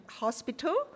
hospital